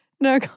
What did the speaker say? No